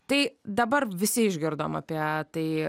tai dabar visi išgirdom apie tai